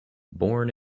born